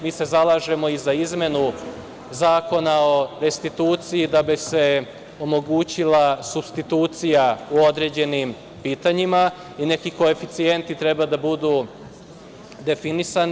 Mi se zalažemo i za izmenu Zakona o restituciji, da bi se omogućila supstitucija u određenim pitanjima i neki koeficijenti treba da budu definisani.